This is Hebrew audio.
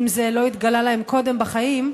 אם זה לא התגלה להם קודם בחיים,